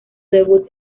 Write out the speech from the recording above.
debut